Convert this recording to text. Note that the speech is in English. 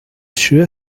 sure